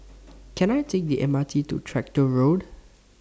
Can I Take The M R T to Tractor Road